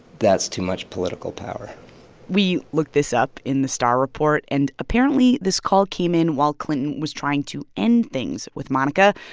that's too much political power we looked this up in the starr report. and apparently, this call came in while clinton was trying to end things with monica,